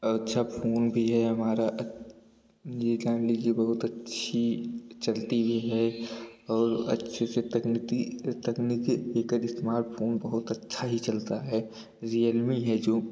अच्छा फ़ोन भी है हमारा अच यह जान लीजिए बहुत अच्छी चलती है और अच्छे से तकनीती तकनीकी एकर इस्तेमाल फ़ोन बहुत अच्छा ही चलता है रियलमी है जो